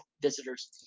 visitors